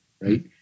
right